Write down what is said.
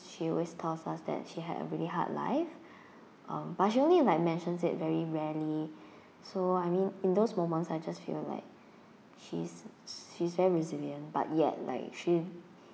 she always tells us that she had a really hard life um but she only like mentioned said very rarely so I mean in those moments I just feel like she's she's very resilient but yet like she